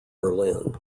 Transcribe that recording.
berlin